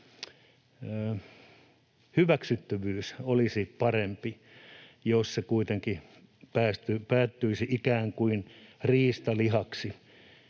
hyväksyttävyys olisi parempi, jos ne kuitenkin päätyisivät ikään kuin riistalihaksi.